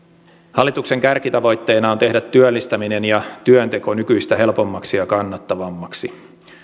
hallituksen kärkitavoitteena on tehdä työllistäminen ja työnteko nykyistä helpommaksi ja kannattavammaksi